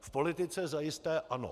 V politice zajisté ano.